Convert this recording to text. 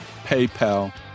PayPal